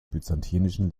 byzantinischen